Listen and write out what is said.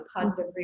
positive